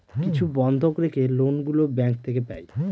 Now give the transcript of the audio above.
কিছু বন্ধক রেখে লোন গুলো ব্যাঙ্ক থেকে পাই